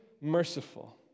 merciful